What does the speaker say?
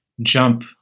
Jump